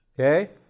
okay